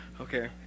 Okay